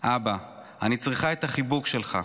אבא, אני צריכה את החיבוק שלך.